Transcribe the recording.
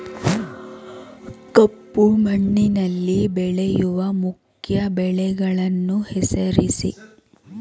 ಕಪ್ಪು ಮಣ್ಣಿನಲ್ಲಿ ಬೆಳೆಯುವ ಮುಖ್ಯ ಬೆಳೆಗಳನ್ನು ಹೆಸರಿಸಿ